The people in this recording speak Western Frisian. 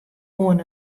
oan